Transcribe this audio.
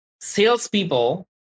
salespeople